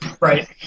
Right